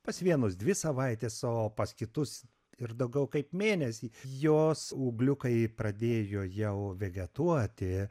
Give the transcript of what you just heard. pas vienus dvi savaites o pas kitus ir daugiau kaip mėnesį jos ūgliukai pradėjo jau vegetuoti